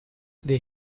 they